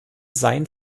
sein